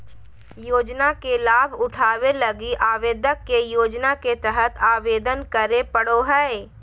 योजना के लाभ उठावे लगी आवेदक के योजना के तहत आवेदन करे पड़ो हइ